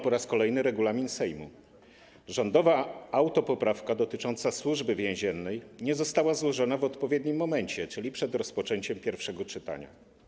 Po raz kolejny złamano regulamin Sejmu: rządowa autopoprawka dotycząca Służby Więziennej nie została złożona w odpowiednim momencie, czyli przed rozpoczęciem pierwszego czytania.